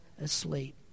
asleep